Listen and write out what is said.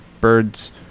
Birds